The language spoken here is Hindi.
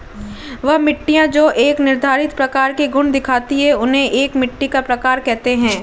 वह मिट्टियाँ जो एक निर्धारित प्रकार के गुण दिखाती है उन्हें एक मिट्टी का प्रकार कहते हैं